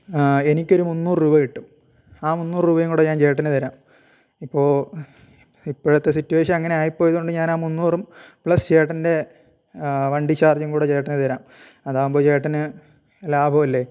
എനിക്ക് ഒരു മുന്നൂറ് രൂപ കിട്ടും ആ മുന്നൂറ് രൂപയും കൂടെ ഞാൻ ചേട്ടന് തരാം ഇപ്പോൾ ഇപ്പോഴത്തെ സിറ്റുവേഷൻ അങ്ങനെ ആയി പോയതുകൊണ്ട് ഞാൻ ആ മുന്നൂറും പ്ലസ് ചേട്ടൻ്റെ വണ്ടി ചാർജും കൂടെ ചേട്ടന് തരാം അതാകുമ്പോൾ ചേട്ടന് ലാഭമല്ലേ